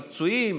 של הפצועים.